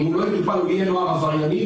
אם לא יטופל יהיה נוער עברייני,